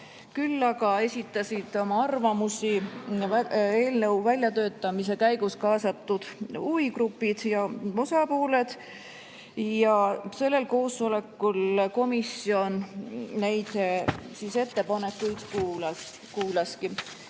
Küll aga esitasid oma arvamusi eelnõu väljatöötamise käigus kaasatud huvigrupid ja osapooled ja sellel koosolekul komisjon neid ettepanekuid kuulaski.